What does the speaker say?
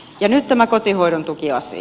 ja nyt tämä kotihoidon tukiasia